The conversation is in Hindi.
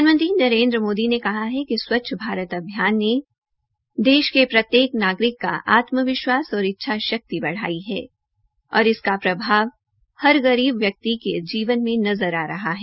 प्रधानमंत्री नरेन्द्र मोदी ने कहा है कि स्वच्छ भारत अभियान ने देश के प्रत्येक नागरिक का आत्म विश्वास और इच्छा शक्ति बढाई है और इसका प्रभाव हर गरीब व्यक्ति के जीवन में नजर आ रहा है